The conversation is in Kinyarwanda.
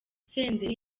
senderi